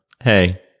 Hey